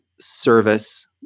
service